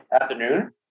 afternoon